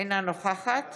אינה נוכחת